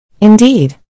Indeed